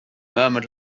murmur